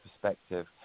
perspective